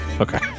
Okay